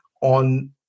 on